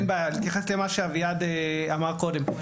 אין בעיה, בהתייחס למה שאביעד אמר קודם.